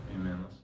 Amen